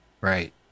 Right